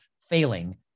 failing